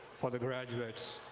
for the graduates.